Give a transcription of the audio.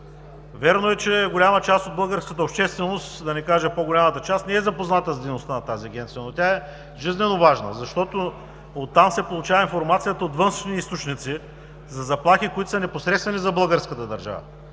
Вярно е, че голяма част от българската общественост, да не кажа по-голямата част, не е запозната с дейността на тази Агенция, но тя е жизненоважна. Защото оттам се получава информацията от външни източници за заплахи, които са непосредствени за българската държава